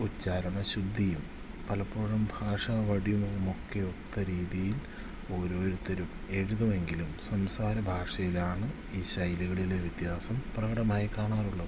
ഉച്ഛാരണ ശുദ്ധിയും പലപ്പോഴും ഭാഷ വടിവുമൊക്കെ ഒത്ത രീതിയിൽ ഓരോരുത്തരും എഴുതുമെങ്കിലും സംസാര ഭാഷയിലാണ് ഈ ശൈലികളിലെ വ്യത്യാസം പ്രകടമായി കാണാറുള്ളത്